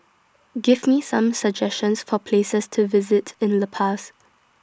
Give Me Some suggestions For Places to visit in La Paz